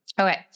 okay